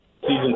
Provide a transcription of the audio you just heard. season